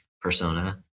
Persona